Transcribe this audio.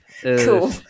Cool